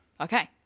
okay